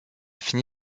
fini